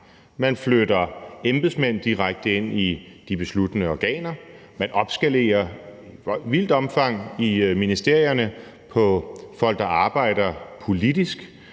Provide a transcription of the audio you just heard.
Man flytter embedsmænd direkte ind i de besluttende organer. Man opskalerer i vildt omfang i ministerierne på folk, der arbejder politisk.